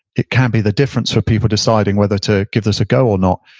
it can be the difference for people deciding whether to give this a go or not,